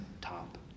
top